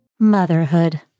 Motherhood